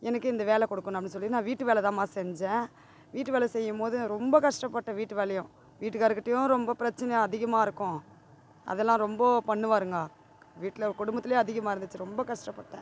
எனக்கு இந்த வேலை கொடுக்கணும் அப்படி சொல்லி நான் வீட்டு வேலைதாம்மா செஞ்சேன் வீட்டு வேலை செய்யும் போது ரொம்ப கஷ்டப்பட்டேன் வீட்டு வேலையும் வீட்டுக்காருக்கிட்டையும் ரொம்ப பிரச்சனை அதிகமாக இருக்கும் அதெல்லாம் ரொம்ப பண்ணிவாருங்கோ வீட்டில் குடும்பத்துலையும் அதிகமாக இருந்துச்சு ரொம்ப கஷ்டப்பட்டேன்